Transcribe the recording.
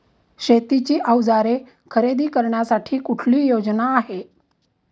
शेतीची अवजारे खरेदी करण्यासाठी कुठली योजना आहे?